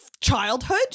childhood